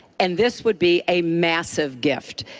and this would be a massive gift.